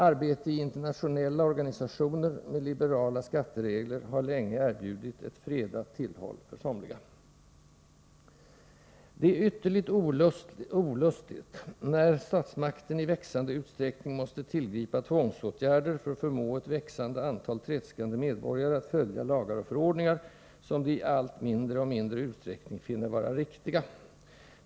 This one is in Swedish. Arbete i internationella organisationer med liberala skatteregler har länge erbjudit ett fredat tillhåll för somliga. ”Det är ytterligt olustigt när statsmakten i växande utsträckning måste tillgripa tvångsåtgärder för att förmå ett växande antal tredskande medborgare att följa lagar och förordningar, som de i allt mindre och mindre utsträckning finner vara riktiga.